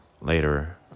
later